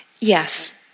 Yes